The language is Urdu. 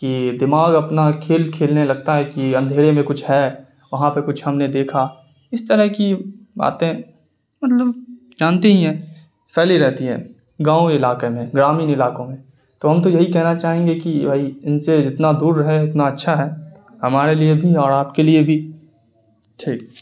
کہ دماغ اپنا کھیل کھیلنے لگتا ہے کہ اندھیرے میں کچھ ہے وہاں پہ کچھ ہم نے دیکھا اس طرح کی باتیں مطلب جانتے ہی ہیں پھیلی رہتی ہیں گاؤں علاقے میں گرامین علاقوں میں تو ہم تو یہی کہنا چاہیں گے کہ بھائی ان سے جتنا دور رہیں اتنا اچھا ہے ہمارے لیے بھی اور آپ کے لیے بھی ٹھیک